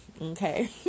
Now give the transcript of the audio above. Okay